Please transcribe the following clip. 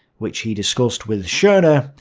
which he discussed with schorner,